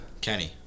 Kenny